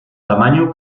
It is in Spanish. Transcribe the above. tamaño